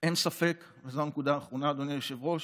אין ספק, וזו הנקודה האחרונה, אדוני היושב-ראש: